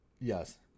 Yes